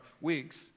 weeks